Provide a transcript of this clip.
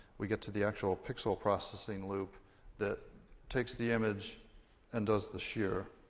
we get to the actual pixel processing loop that takes the image and does the shear.